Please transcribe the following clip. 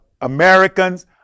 Americans